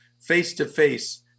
face-to-face